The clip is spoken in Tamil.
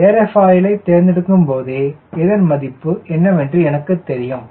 ஏரோஃபாயிலை தேர்ந்தெடுக்கும் போதே இதன் மதிப்பு என்னவென்று எனக்குத் தெரியும்